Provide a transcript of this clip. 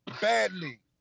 badly